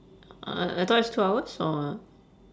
oh oh I thought is two hours or what